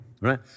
right